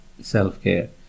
self-care